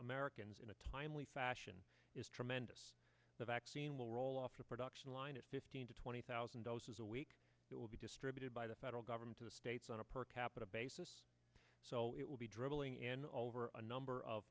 americans in a timely fashion is tremendous the vaccine will roll off the production line at fifteen to twenty thousand doses a week it will be distributed by the federal government to the states on a per capita basis so it will be drivelling and over a number of